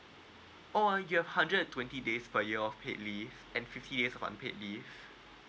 oh your hundred and twenty days per year of your paid leave and fiftieth unpaid leave